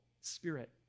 spirit